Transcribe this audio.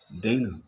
Dana